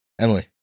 Emily